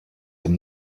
them